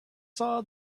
saw